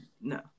no